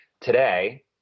Today